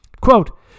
Quote